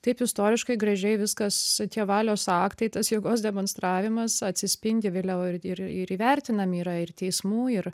taip istoriškai gražiai viskas tie valios aktai tas jėgos demonstravimas atsispindi vėliau ir ir įvertinami yra ir teismų ir